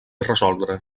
resoldre